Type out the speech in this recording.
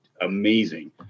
amazing